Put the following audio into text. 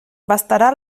bastarà